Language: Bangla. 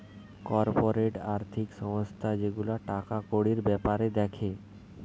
কর্পোরেট আর্থিক সংস্থা যে গুলা টাকা কড়ির বেপার দ্যাখে